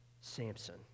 Samson